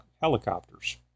helicopters